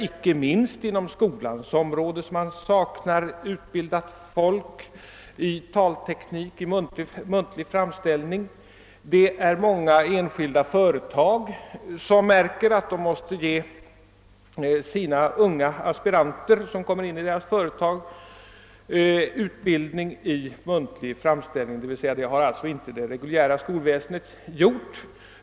Inte minst inom skolans område såknar man också lärare som är utbildade i talteknik och muntlig framställning: Vidare finns många enskilda företagare, som märker att de måste ge de unga aspiranter som kommer in i företagen utbildning i muntlig framställning. Det har alltså inte det reguljära skolväsendet gjort. '